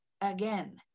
again